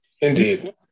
Indeed